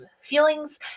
feelings